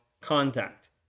contact